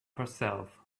herself